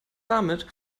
damit